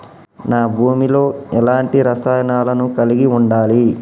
నా భూమి లో ఎలాంటి రసాయనాలను కలిగి ఉండాలి?